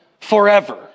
forever